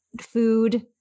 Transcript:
food